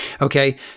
Okay